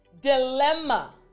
dilemma